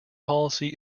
policy